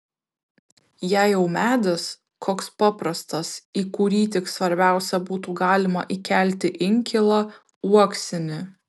jei jau medis koks paprastas į kurį tik svarbiausia būtų galima įkelti inkilą uoksinį